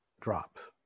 drops